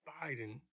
Biden